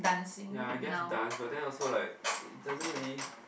ya I guess dance but then also like it doesn't really